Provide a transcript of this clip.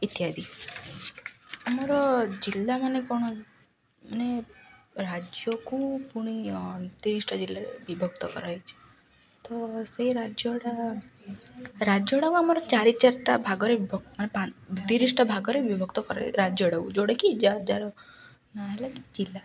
ଇତ୍ୟାଦି ଆମର ଜିଲ୍ଲା ମାନେ କ'ଣ ମାନେ ରାଜ୍ୟକୁ ପୁଣି ତିରିଶିଟା ଜିଲ୍ଲାରେ ବିଭକ୍ତ କରାହେଇଛି ତ ସେଇ ରାଜ୍ୟଗୁଡ଼ା ରାଜ୍ୟଗୁଡ଼ାକୁ ଆମର ଚାରି ଚାରିଟା ଭାଗରେ ତିରିଶଟା ଭାଗରେ ବିଭକ୍ତ ରାଜ୍ୟଗୁଡ଼ାକୁ ଯେଉଁଟାକି ଯା ଯାର ନାଁ ହେଲା କି ଜିଲ୍ଲା